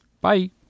Bye